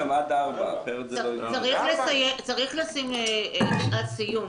צריך לשים שעת סיום.